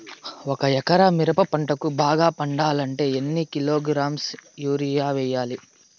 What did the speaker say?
ఒక ఎకరా మిరప పంటకు బాగా పండాలంటే ఎన్ని కిలోగ్రామ్స్ యూరియ వెయ్యాలి?